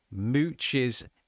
mooches